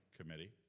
committee